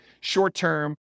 short-term